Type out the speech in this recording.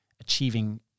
achieving